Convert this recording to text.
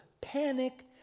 panic